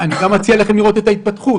אני מציע לכם לראות את ההתפתחות,